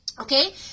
Okay